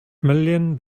million